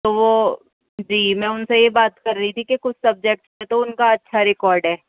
تو وہ جی میں ان سے یہ بات کر رہی تھی کہ کچھ سبجیکٹ میں تو ان کا اچھا ریکارڈ ہے